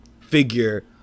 figure